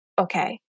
okay